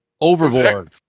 Overboard